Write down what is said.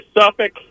Suffolk